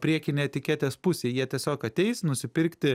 priekinėj etiketės pusėj jie tiesiog ateis nusipirkti